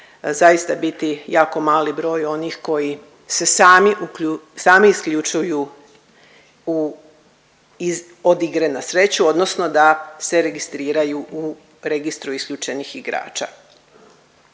zaista biti jako mali broj onih koji se sami uklju… sami isključuju od igre na sreću odnosno da se registriraju u registru isključenih igrača.